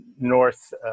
North